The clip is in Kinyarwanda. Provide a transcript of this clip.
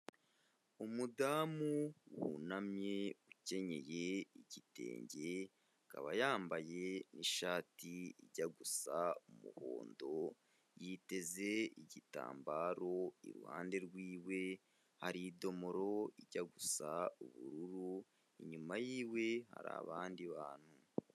Umudamu wunamye ukenyeye igitinge akaba yambaye n'ishati ijya gusa umuhondo, yiteze igitambaro iruhande rw'iwe hari idomoro ijya gusa ubururu, inyuma y'iwe hari abandi bantu.